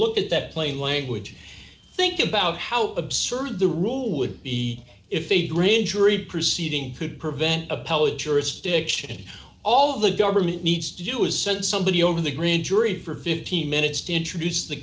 look at that plain language think about how absurd the rule would be if a grand jury proceeding could prevent appellate jurisdiction all the government needs to do is send somebody over the grand jury for fifteen minutes to introduce the